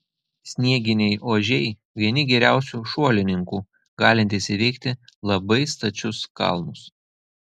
snieginiai ožiai vieni geriausių šuolininkų galintys įveikti labai stačius kalnus